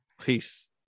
Peace